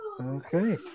Okay